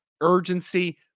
urgency